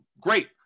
great